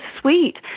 sweet